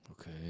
Okay